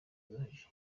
yoroheje